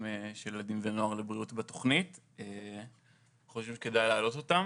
של ילדים ונוער לבריאות בתוכנית ואני חושב שכדאי להעלות אותן.